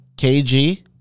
KG